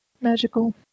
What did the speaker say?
magical